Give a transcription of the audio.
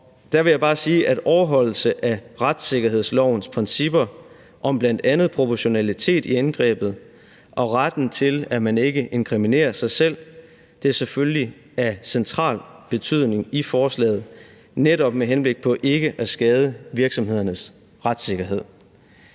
der vil jeg bare sige, at overholdelse af retssikkerhedslovens principper om bl.a. proportionalitet i indgrebet og retten til, at man ikke inkriminerer sig selv, selvfølgelig er af central betydning i forslaget, netop med henblik på ikke at skade virksomhedernes retssikkerhed.